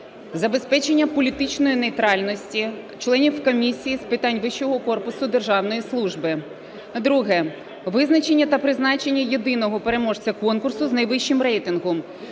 Забезпечення політичної нейтральності членів комісії з питань вищого корпусу державної служби. Друге. Визначення та призначення єдиного переможця конкурсу з найвищим рейтингом.